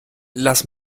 lass